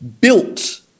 Built